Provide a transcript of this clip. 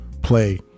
play